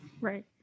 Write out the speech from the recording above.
Right